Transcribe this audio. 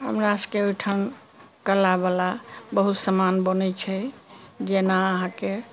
हमरासभके ओहिठाम कलावला बहुत सामान बनै छै जेना अहाँकेँ